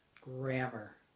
grammar